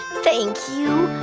thank you.